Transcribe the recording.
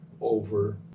over